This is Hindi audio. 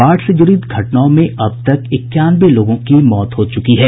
बाढ़ से जुड़ी दुर्घटनाओं में अब तक इक्यानवे लोगों की मौत हुई है